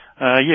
Yes